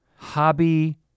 Hobby